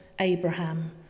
Abraham